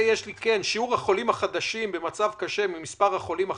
שיעור החולים החדשים במצב קשה מתוך מספר החולים החדשים,